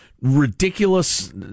ridiculous